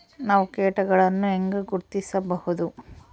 ನಾವು ಕೇಟಗಳನ್ನು ಹೆಂಗ ಗುರ್ತಿಸಬಹುದು?